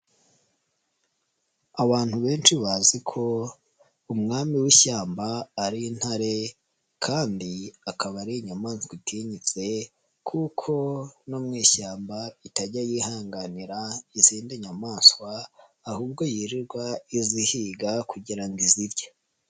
Abantu benshi bazi ko umwami w'ishyamba ari intare kandi akaba ari inyamaswa itinyitse kuko no mu ishyamba itajya yihanganira izindi nyamaswa ahubwo yirirwa izihiga kugira ngo izirye.